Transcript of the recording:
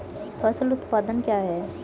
फसल उत्पादन क्या है?